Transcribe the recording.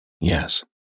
Yes